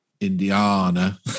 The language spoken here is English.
Indiana